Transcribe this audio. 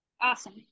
awesome